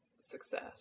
success